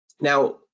Now